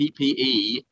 PPE